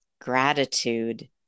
gratitude